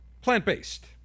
plant-based